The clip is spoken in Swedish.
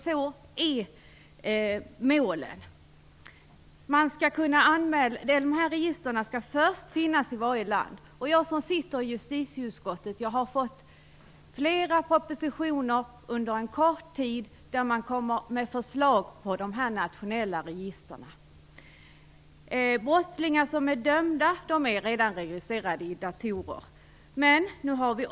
Så är målen. Först skall det föras register i varje land. Jag som sitter i justitieutskottet har under en kort tid fått ta del av flera propositioner där man kommer med förslag om dessa nationella register. Brottslingar som är dömda är redan registrerade i dataregister.